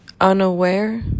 unaware